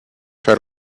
try